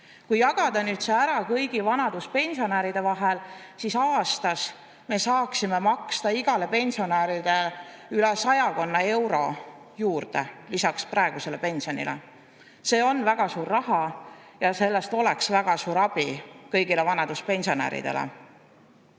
Kui jagada see ära kõigi vanaduspensionäride vahel, siis me saaksime aastas maksta igale pensionärile üle sajakonna euro juurde lisaks praegusele pensionile. See on väga suur raha ja sellest oleks väga suur abi kõigile vanaduspensionäridele. Teiselt